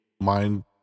mind